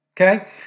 Okay